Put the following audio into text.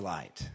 Light